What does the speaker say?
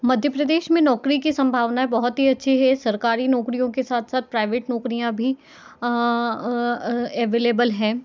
मध्य प्रदेश में नौकरी की संभावनाएँ बहुत ही अच्छी हैं सरकारी नौकरियों के साथ साथ प्राइवेट नौकरियाँ भी अवेलेबल हैं